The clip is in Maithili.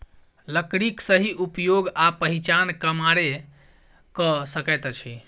लकड़ीक सही उपयोग आ पहिचान कमारे क सकैत अछि